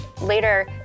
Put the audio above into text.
later